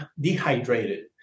dehydrated